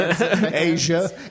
Asia